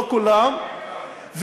לא כולם,